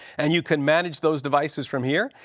and you can manage those devices from here.